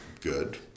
good